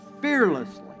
fearlessly